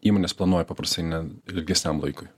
įmonės planuoja paprastai ne ilgesniam laikui